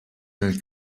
nel